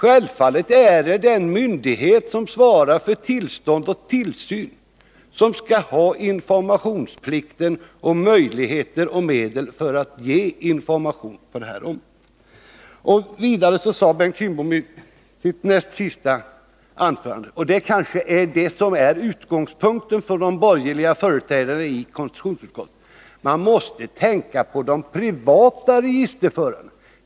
Självfallet är det den myndighet som svarar för tillstånd och tillsyn som skall ha informationsplikten och möjlighet och medel att ge information på detta område. Vidare sade Bengt Kindbom — och det kanske är det som är utgångspunkten för de borgerliga företrädarna i konstitutionsutskottet: Man måste tänka på de privata registerförarna.